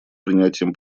принятием